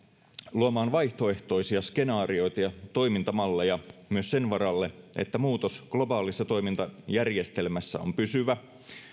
luomaan vaihtoehtoisia skenaarioita ja toimintamalleja myös sen varalle että muutos globaalissa toimintajärjestelmässä on pysyvä